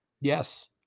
Yes